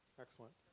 Excellent